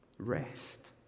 Rest